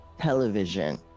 television